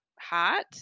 hot